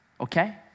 okay